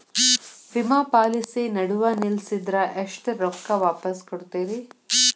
ವಿಮಾ ಪಾಲಿಸಿ ನಡುವ ನಿಲ್ಲಸಿದ್ರ ಎಷ್ಟ ರೊಕ್ಕ ವಾಪಸ್ ಕೊಡ್ತೇರಿ?